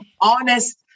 honest